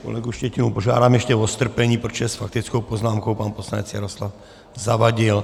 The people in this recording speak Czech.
Kolegu Štětinu požádám ještě o strpení, protože s faktickou poznámkou pan poslanec Jaroslav Zavadil.